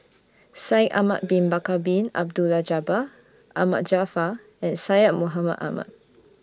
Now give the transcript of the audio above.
Shaikh Ahmad Bin Bakar Bin Abdullah Jabbar Ahmad Jaafar and Syed Mohamed Ahmed